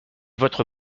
votre